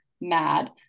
mad